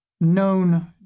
known